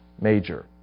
major